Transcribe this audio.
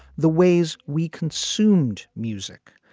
the ways we consumed music,